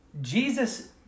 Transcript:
Jesus